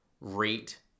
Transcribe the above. rate